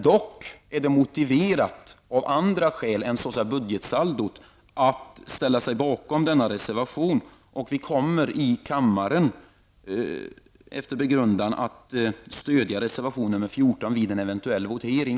Det är dock motiverat av andra skäl än budgetsaldot att ställa sig bakom denna reservation. Vi kommer i kammaren att stödja reservation nr 14 vid en eventuell votering.